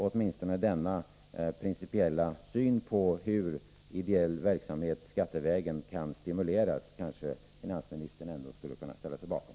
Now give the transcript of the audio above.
Åtminstone denna principiella syn på hur ideell verksamhet kan stimuleras skattevägen kanske finansministern ändå skulle kunna ställa sig bakom?